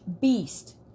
beast